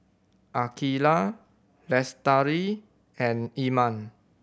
Aqilah Lestari and Iman